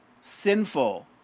sinful